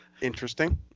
Interesting